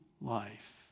life